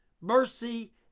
mercy